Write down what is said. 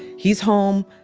he's home.